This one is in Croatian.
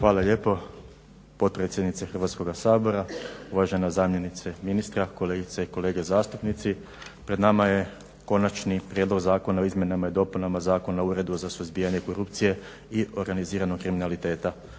Hvala lijepo potpredsjednice Hrvatskoga sabora, uvažena zamjenice ministra, kolegice i kolege zastupnici. Pred nama je Konačni prijedlog Zakona o izmjenama i dopunama Zakona o Uredu za suzbijanje korupcije i organiziranog kriminaliteta.